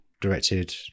directed